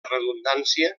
redundància